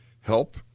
help